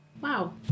wow